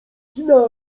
kina